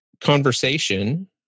conversation